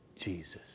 Jesus